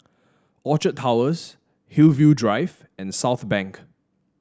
Orchard Towers Hillview Drive and Southbank